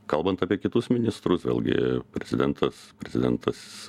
kalbant apie kitus ministrus vėlgi prezidentas prezidentas